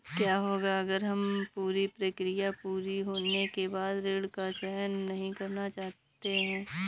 क्या होगा अगर हम पूरी प्रक्रिया पूरी होने के बाद ऋण का चयन नहीं करना चाहते हैं?